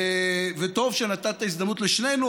טוב שנתת הזדמנות לשנינו,